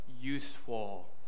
useful